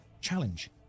challenge